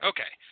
Okay